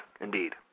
Indeed